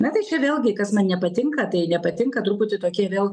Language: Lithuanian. na tai čia vėlgi kas man nepatinka tai nepatinka truputį tokie vėl